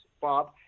Bob